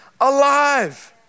alive